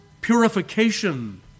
purification